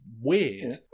weird